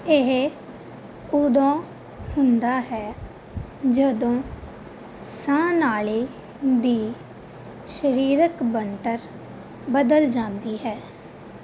ਇਹ ਉਦੋਂ ਹੁੰਦਾ ਹੈ ਜਦੋਂ ਸਾਹ ਨਾਲੀ ਦੀ ਸਰੀਰਕ ਬਣਤਰ ਬਦਲ ਜਾਂਦੀ ਹੈ